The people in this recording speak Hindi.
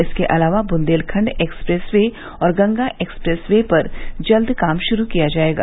इसके अलावा बुन्देलखंड एक्सप्रेस वे और गंगा एक्सप्रेस वे पर जल्द काम शुरू किया जायेगा